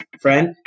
friend